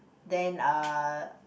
then uh